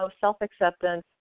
self-acceptance